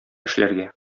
эшләргә